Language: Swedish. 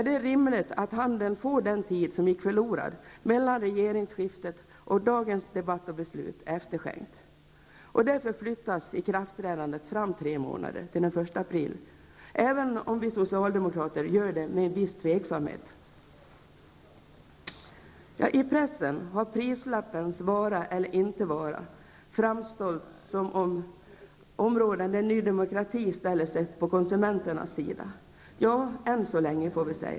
Det är rimligt att handeln får den tid som gick förlorad mellan regeringsskiftet och dagens debatt och beslut efterskänkt. Därför flyttas ikraftträdandet fram tre månader, till den 1 april, även om vi socialdemokrater gör det med en viss tveksamhet. I pressen har prislappens vara eller inte vara framställts som ett av de områden där Ny Demokrati ställer sig på konsumenternas sida. Ja, än så länge.